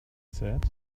said